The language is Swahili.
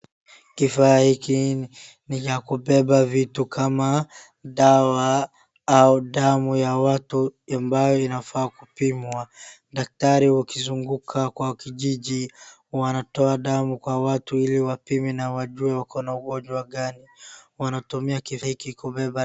Kifaa hiki ni cha kubeba vitu kama dawa au damu ya watu ambayo inafaa kupimwa. Daktari wakizunguka kwa kijiji, wanatoa damu kwa watu ili wapime na wajue wako na ugonjwa gani. Wanatumia kifaa hiki kubeba.